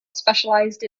specialized